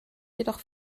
jedoch